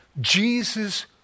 Jesus